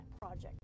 project